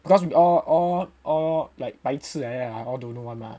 because we all all all like 白痴 like that ah all don't know [one] mah